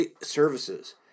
services